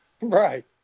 Right